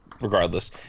Regardless